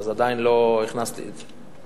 אז עדיין לא הכנסתי את זה.